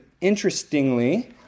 interestingly